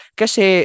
kasi